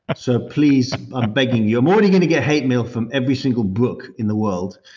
so please, i'm begging you. i'm already going to get hate mail from every single brooke in the world,